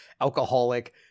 alcoholic